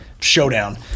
showdown